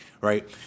right